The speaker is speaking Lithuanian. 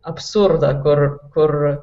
absurdą kur kur